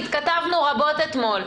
התכתבנו רבות אתמול.